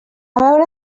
veure